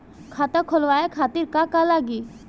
खाता खोलवाए खातिर का का लागी?